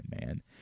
man